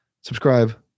Subscribe